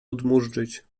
odmóżdżyć